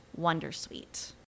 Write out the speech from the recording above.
Wondersuite